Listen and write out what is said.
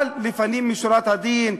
אבל לפנים משורת הדין,